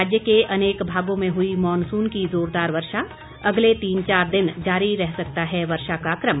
राज्य के अनेक भागों में हुई मॉनसून की जोरदार वर्षा अगले तीन चार दिन जारी रह और सकता है वर्षा का क्रम